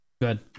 good